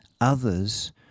others